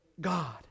God